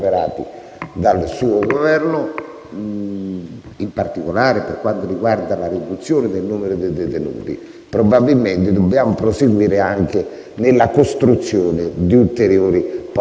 in particolare per quanto riguarda la riduzione del numero dei detenuti. Probabilmente dobbiamo proseguire anche nella costruzione di ulteriori posti detenuti. Il secondo aspetto